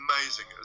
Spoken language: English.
amazing